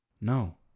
no